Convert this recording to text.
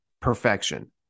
perfection